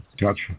Gotcha